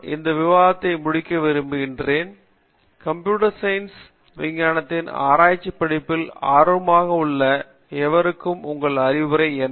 நான் இந்த விவாதத்தை முடிக்க விரும்புகிறேன் கம்ப்யூட்டர் சயின்ஸ் விஞ்ஞானத்தில் ஆராய்ச்சி பட்டப்படிபில் ஆர்வமாக உள்ள எவருக்கும் உங்கள் அறிவுரை என்ன